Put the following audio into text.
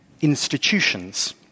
institutions